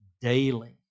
daily